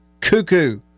cuckoo